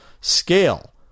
scale